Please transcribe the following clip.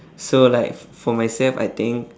so like f~ for myself I think